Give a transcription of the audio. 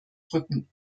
rücken